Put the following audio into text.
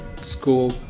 school